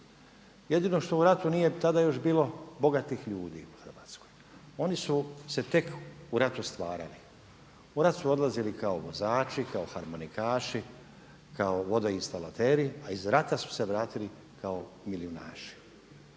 Jedino što u ratu nije tada još bilo bogatih ljudi u Hrvatskoj, oni su se tek u ratu stvarali. U rat su odlazili kao vozači, kao harmonikaši, kao vodoinstalateri, a iz rata su se vratili kao milijunaši.